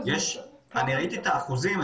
אני ראיתי את האחוזים.